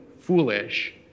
foolish